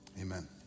amen